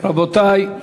רבותי,